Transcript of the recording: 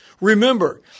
Remember